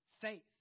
faith